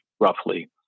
roughly